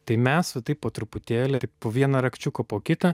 tai mes va taip po truputėlį po vieną rakčiuką po kitą